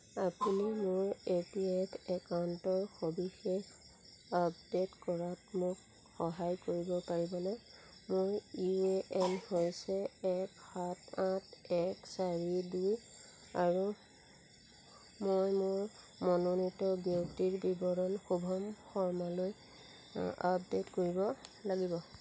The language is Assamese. আপুনি মোৰ ই পি এফ একাউণ্টৰ সবিশেষ আপডে'ট কৰাত মোক সহায় কৰিব পাৰিবনে মোৰ ইউ এ এন হৈছে এক সাত আঠ এক চাৰি দুই আৰু মই মোৰ মনোনীত ব্যক্তিৰ বিৱৰণ শুভম শৰ্মালৈ আপডে'ট কৰিব লাগিব